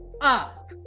up